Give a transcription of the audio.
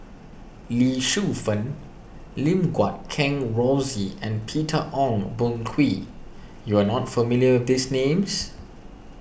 Lee Shu Fen Lim Guat Kheng Rosie and Peter Ong Boon Kwee you are not familiar with these names